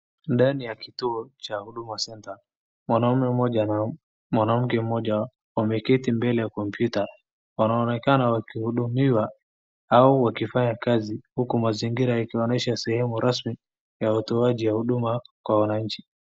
Ndani ya kituo cha Huduma Centre, mwanaume mmoja na mwanamke mmoja wameketi mbele ya computer ,wanaonekana wakihudumiwa au wakifanya kazi uku mazingira yakionyesha sehemu rasmi ya utoaji wa huduma kwa wananchi.